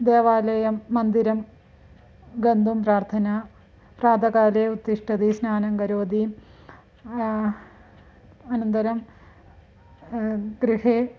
देवालयं मन्दिरं गन्तुं प्रार्थना प्रातःकाले उत्तिष्ठति स्नानं करोति अनन्तरं गृहे